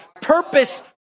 purpose